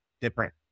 different